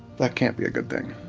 that can't be a good thing,